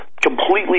Completely